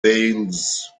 veils